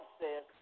says